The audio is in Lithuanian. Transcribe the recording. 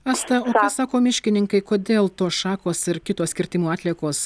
asta o ką miškininkai kodėl tos šakos ir kitos kirtimo atliekos